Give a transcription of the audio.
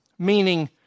Meaning